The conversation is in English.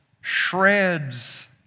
shreds